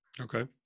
Okay